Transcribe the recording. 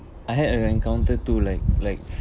I had an encounter too like like